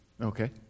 Okay